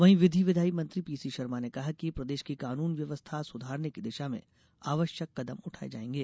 वहीं विधि विधाई मंत्री पी सी शर्मा ने कहा कि प्रदेश की कानून व्यवस्था सुधारने की दिशा में आवश्यक कदम उठाये जायेंगे